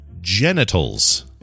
genitals